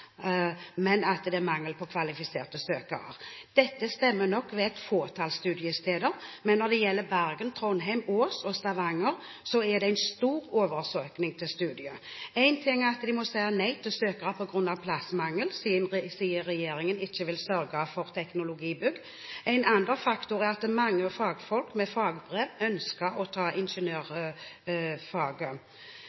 men mangel på kvalifiserte søkere. Dette stemmer nok ved et fåtall av studiestedene, men når det gjelder Bergen, Trondheim, Ås og Stavanger, er det en stor oversøkning til studiet. Én ting er at de må si nei til søkere på grunn av plassmangel siden regjeringen ikke vil sørge for teknologibygg, en annen faktor er at mange fagfolk med fagbrev ønsker å ta